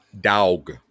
dog